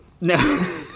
No